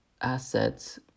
assets